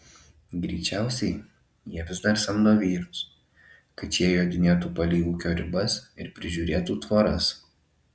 greičiausiai jie vis dar samdo vyrus kad šie jodinėtų palei ūkio ribas ir prižiūrėtų tvoras